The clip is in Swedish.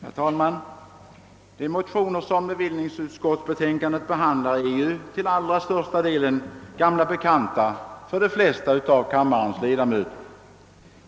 Herr talman! De motioner som bevillningsutskottets betänkande behandlar är till allra största delen gamla bekanta för de flesta av kammarens ledamöter.